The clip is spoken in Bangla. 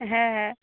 হ্যাঁ হ্যাঁ